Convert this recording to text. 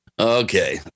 Okay